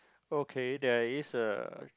okay there is a